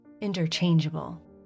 interchangeable